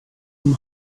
him